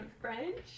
French